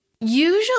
usually